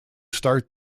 start